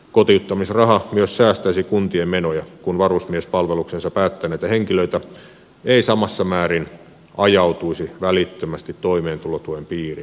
kotiuttamisraha myös säästäisi kuntien menoja kun varusmiespalveluksensa päättäneitä henkilöitä ei samassa määrin ajautuisi välittömästi toimeentulotuen piiriin